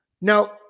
Now